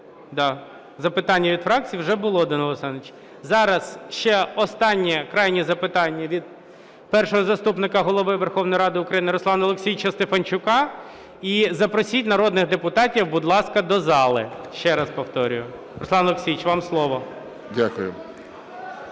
Запитання від фракцій вже були, Данило Олександрович. Зараз ще останнє, крайнє запитання від Першого заступника Голови Верховної Ради України Руслана Олексійовича Стефанчука. І запросіть народних депутатів, будь ласка, до зали, ще раз повторюю. Руслане Олексійовичу, вам слово.